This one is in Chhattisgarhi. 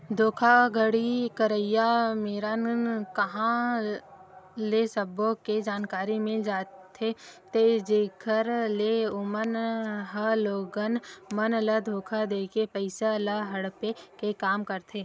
धोखाघड़ी करइया मेरन कांहा ले सब्बो के जानकारी मिल जाथे ते जेखर ले ओमन ह लोगन मन ल धोखा देके पइसा ल हड़पे के काम करथे